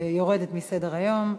יורדת מסדר-היום.